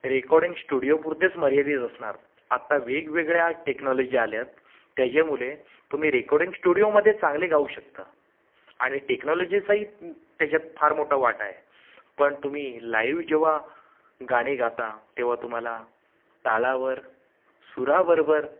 recording studio पुरतेच मर्यादित असणार आत्ता वेगवेगळ्या टेकनॉलॉजी आल्या आहेत त्याच्यामुळे तुम्ही रेकॉर्डिंग स्टुडिओमध्ये चांगले गाऊ शकता आणि टेकनॉलॉजीचाही त्याच्यात फार मोठा वाटा आहे पण तुम्ही लाईव्ह जेव्हा गाणी गाता तेव्हा तुम्हाला तालावर सुराबरोबर